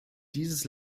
dieses